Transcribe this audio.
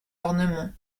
ornements